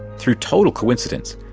through total coincidence,